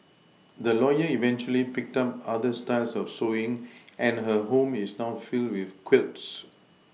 the lawyer eventually picked up other styles of Sewing and her home is now filled with quilts